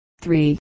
three